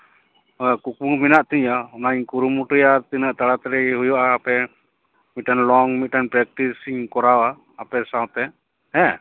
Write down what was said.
ᱠᱩᱠᱢᱩ ᱢᱮᱱᱟᱜ ᱛᱤᱧᱟᱹ ᱚᱱᱟᱧ ᱠᱩᱨᱩᱢᱩᱴᱩᱭᱟ ᱛᱤᱱᱟᱹᱜ ᱛᱟᱲᱟᱛᱟᱲᱤ ᱦᱩᱭᱩᱜᱼᱟ ᱟᱯᱮ ᱢᱤᱫᱴᱟᱝ ᱞᱚᱝ ᱯᱮᱠᱴᱤᱥᱤᱧ ᱠᱚᱨᱟᱣᱟ ᱟᱯᱮ ᱥᱟᱶᱛᱮ ᱦᱮᱸ